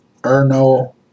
Erno